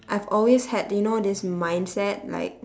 I've always had you know this mindset like